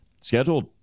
scheduled